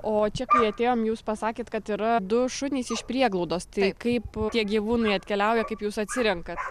o čia kai atėjom jūs pasakėt kad yra du šunys iš prieglaudos kaip tie gyvūnai atkeliauja kaip jūs atsirenkat